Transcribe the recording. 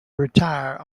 retire